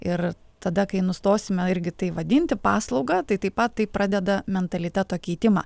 ir tada kai nustosime irgi tai vadinti paslauga tai taip pat pradeda mentaliteto keitimą